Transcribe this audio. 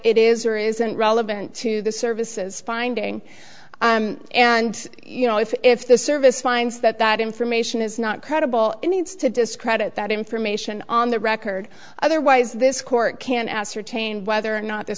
it is or isn't relevant to the services finding and you know if the service finds that that information is not credible needs to discredit that information on the record otherwise this court can ascertain whether or not th